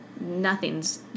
nothing's